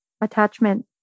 attachment